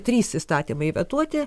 trys įstatymai vetuoti